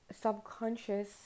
subconscious